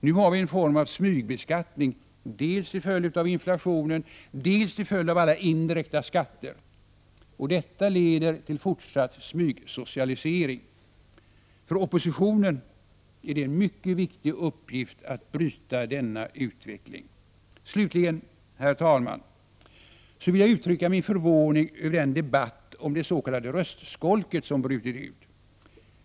Nu har vi en form av smygbeskattning dels till följd av inflationen, dels till följd av alla indirekta skatter. Detta leder till en fortsatt smygsocialisering. För oppositionen är det en mycket viktig uppgift att bryta denna utveckling. Slutligen, herr talman, vill jag uttrycka min förvåning över den debatt om det s.k. röstskolket som brutit ut.